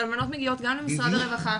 האלמנות מגיעות גם למשרד הרווחה,